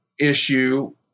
issue